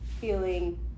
feeling